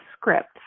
script